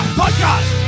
podcast